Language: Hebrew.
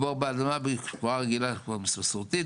לקבור באדמה בקבורה רגילה קבורה מסורתית,